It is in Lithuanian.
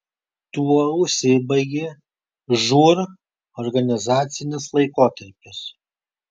tuo užsibaigė žūr organizacinis laikotarpis